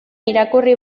irakurri